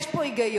יש פה היגיון,